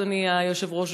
אדוני היושב-ראש,